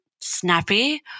snappy